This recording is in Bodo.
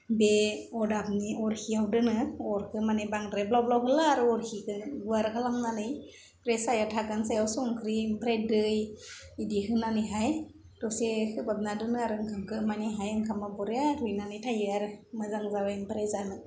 बे अदाबनि अरखियाव दोनो अरखौ माने बांद्राय ब्लाव ब्लाव होला आरो अरखिखौ गुवार खालामनानै रेसायाव थागान सायाव संख्रि ओमफ्राय दै बिदि होनानैहाय दसे खोबहाबना दोनो आरो ओंखामखौ मानेहाय ओंखामा बरिया रुइनानै थायो आरो मोजां जाबाय ओमफ्राय जानो